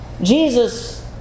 Jesus